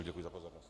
Děkuji za pozornost.